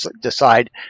decide